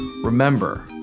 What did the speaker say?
Remember